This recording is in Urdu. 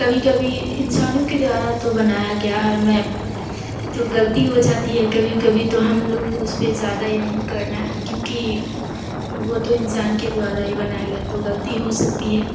کبھی کبھی انسانوں کے دوارا تو بنایا گیا ہے میپ تو غلطی ہو جاتی ہے کبھی کبھی تو ہم لوگ کو اس پہ زیادہ یہ نہیں کرنا ہے کیونکہ وہ تو انسان کے دوارا ہی بنایا گیا ہے تو غلطی ہو سکتی ہے